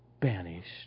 banished